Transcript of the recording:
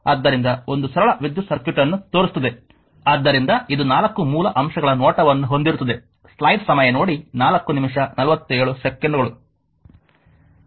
ಆದ್ದರಿಂದ ಒಂದು ಸರಳ ವಿದ್ಯುತ್ ಸರ್ಕ್ಯೂಟ್ ಅನ್ನು ತೋರಿಸುತ್ತದೆ ಆದ್ದರಿಂದ ಇದು 4 ಮೂಲ ಅಂಶಗಳ ನೋಟವನ್ನು ಹೊಂದಿರುತ್ತದೆ